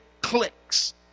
clicks